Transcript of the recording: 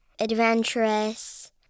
adventurous